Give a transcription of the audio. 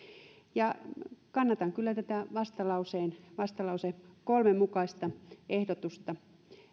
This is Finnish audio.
kannatan kyllä myös tätä vastalauseen kolme mukaista ehdotusta